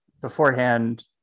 beforehand